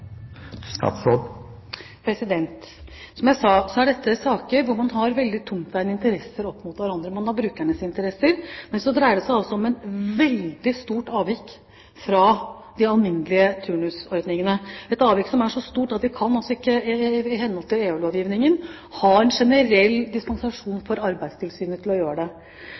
Som jeg sa, er dette saker hvor man har veldig tungtveiende interesser opp mot hverandre. Man har brukernes interesser, men så dreier det seg altså om et veldig stort avvik fra de alminnelige turnusordningene, et avvik som er så stort at vi kan altså ikke i henhold til EU-lovgivningen ha en generell dispensasjon for Arbeidstilsynet til å gjøre dette. Det